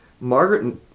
Margaret